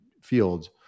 fields